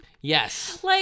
Yes